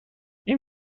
این